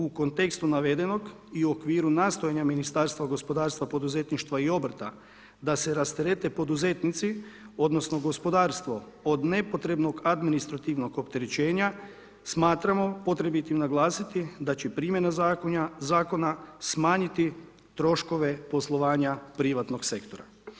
U kontekstu navedenog i u okviru nastojanja Ministarstva gospodarstva, poduzetništva i obrta da se rasterete poduzetnici odnosno, gospodarstvo od nepotrebnog administrativnog opterećenja smatramo potrebitim naglasiti da će primjena zakona smanjiti troškove poslovanja privatnog sektora.